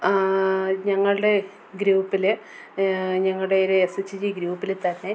ഞങ്ങളുടെ ഗ്രൂപ്പിൽ ഞങ്ങളുടേതിൽ എസ് എച്ച് ജി ഗ്രൂപ്പിൽ തന്നെ